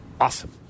awesome